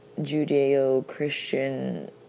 Judeo-Christian